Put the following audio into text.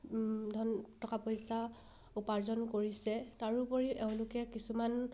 ধন টকা পইচা উপাৰ্জন কৰিছে তাৰোপৰি এওঁলোকে কিছুমান